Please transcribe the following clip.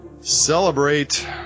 celebrate